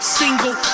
single